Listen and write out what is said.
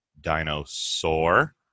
dinosaur